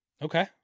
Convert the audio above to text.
Okay